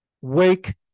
Wake